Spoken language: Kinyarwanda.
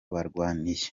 barwaniye